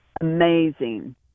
amazing